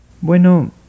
Bueno